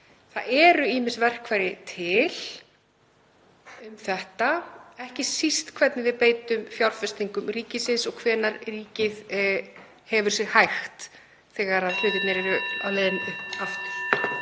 Það eru ýmis verkfæri til um þetta, ekki síst hvernig við beitum fjárfestingum ríkisins og hvenær ríkið hefur sig hægt þegar hlutirnir eru á leiðinni upp